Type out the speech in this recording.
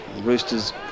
Roosters